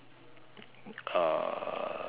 uh